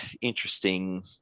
interesting